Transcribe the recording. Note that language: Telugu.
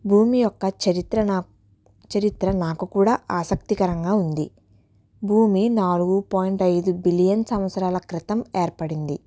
భూమి యొక్క చరిత్ర నా చరిత్ర నాకు కూడా ఆసక్తి కరంగా ఉంది భూమి నాలుగు పాయింట్ ఐదు బిలియన్ సంవత్సరాల క్రితం ఏర్పడింది